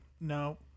No